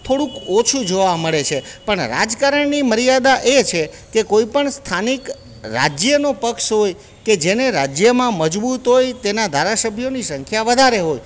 થોડુંક ઓછું જોવા મળે છે પણ રાજકારણની મર્યાદા એ છે કે કોઈ પણ સ્થાનિક રાજ્યનું પક્ષ હોય કે જેને રાજ્યમાં મજબુત હોય તેના ધારાસભ્યોની સંખ્યા વધારે હોય